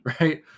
right